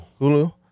Hulu